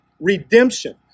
Redemption